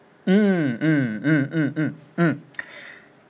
mm mm mm mm mm mm mm